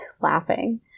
laughing